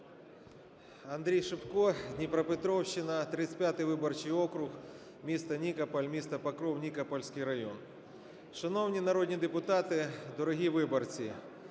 АндрійШипко, Дніпропетровщина, 35 виборчий округ, місто Нікополь, місто Покров, Нікопольський район. Шановні народні депутати, дорогі виборці!